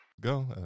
go